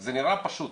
זה נראה פשוט,